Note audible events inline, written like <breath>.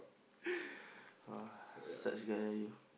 <breath> !wah! such guy